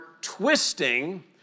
twisting